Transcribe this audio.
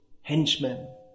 henchmen